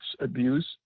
abuse